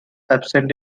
absent